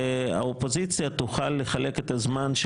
והאופוזיציה תוכל לחלק את הזמן של